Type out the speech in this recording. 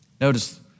Notice